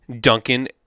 Duncan